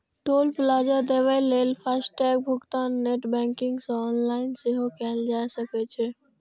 टोल plaza देबय लेल FASTag भुगतान नेट बैंकिंग सं ऑनलाइन सेहो कैल जा सकै छै